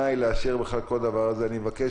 מבחינתנו זה תנאי לאשר בכלל כל דבר ולכן אני מבקש